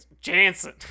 Jansen